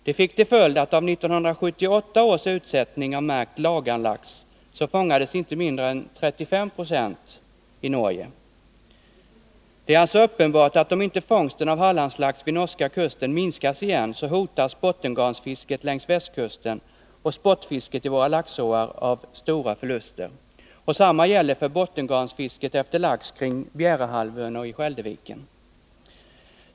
Det fick till följd att av 1978 års utsättning av märkt Laganlax fångades inte mindre än 35 96 i Norge. Det är alltså uppenbart att om inte fångsten av Hallandslax vid norska kusten minskas igen, hotas bottengarnsfisket längs västkusten och sportfisket i våra laxåar av stora förluster. Detsamma gäller för bottengarnsfisket efter lax kring Bjärehalvön och i Skälderviken.